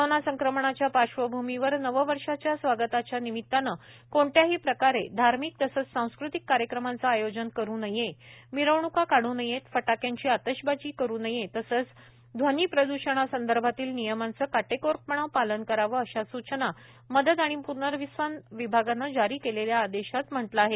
corona संक्रमणाच्या पार्श्वभूमीवर नववर्षाच्या स्वागताच्या निमित्तानं कोणत्याही प्रकारे धार्मिक तसंच सांस्कृतिक कार्यक्रमाचं आयोजन करू नये मिरवण्का काढू नयेत फटाक्यांची आतषबाजी करू नये तसंच ध्वनीप्रद्रषणासंदर्भातील नियमांचं काटेकोरपणे पालन करावं अशा सूचना मदत आणि प्नर्वसन विभागानं जारी केलेल्या आदेशात म्हटलं आहे